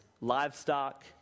livestock